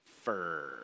Fur